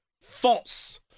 false